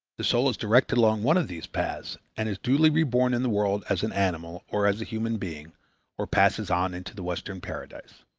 the soul is directed along one of these paths and is duly reborn in the world as an animal or as a human being or passes on into the western paradise.